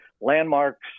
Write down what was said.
Landmarks